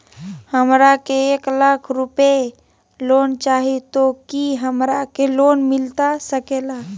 हमरा के एक लाख रुपए लोन चाही तो की हमरा के लोन मिलता सकेला?